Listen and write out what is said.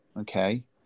Okay